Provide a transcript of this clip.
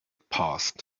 passed